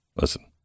Listen